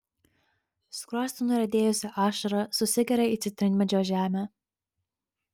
skruostu nuriedėjusi ašara susigeria į citrinmedžio žemę